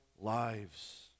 lives